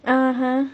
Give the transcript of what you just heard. (uh huh)